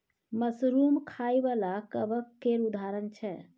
mushroom खाइ बला कबक केर उदाहरण छै